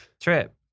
Trip